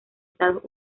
estados